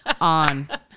On